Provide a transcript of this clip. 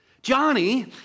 Johnny